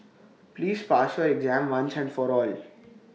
please pass your exam once and for all